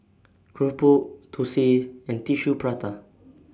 Keropok Thosai and Tissue Prata